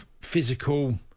physical